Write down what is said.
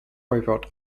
robot